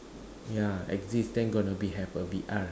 ya exist then gonna be have a V_R